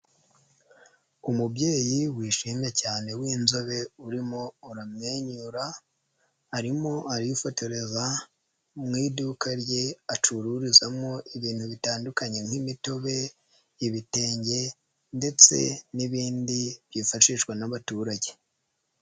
Umubyeyi wishimye cyane w'inzobe urimo uramwenyura, arimo arifotoreza mu iduka rye acururizamo ibintu bitandukanye nk'imitobe, ibitenge ndetse n'ibindi byifashishwa n'abaturage.